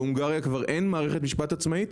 בהונגריה כבר אין מערכת משפט עצמאית,